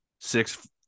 Six